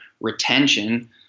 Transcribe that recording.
retention